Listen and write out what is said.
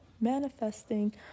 manifesting